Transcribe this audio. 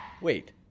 Wait